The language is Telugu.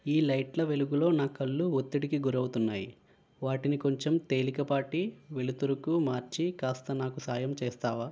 ఈ లైట్ల వెలుగులో నా కళ్ళు ఒత్తిడికి గురవుతున్నాయి వాటిని కొంచెం తేలికపాటి వెలుతురుకు మార్చి కాస్త నాకు సాయం చేస్తావా